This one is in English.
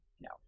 no